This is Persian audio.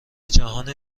جهان